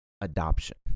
adoption